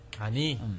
Ani